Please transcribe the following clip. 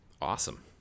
Awesome